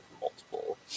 multiple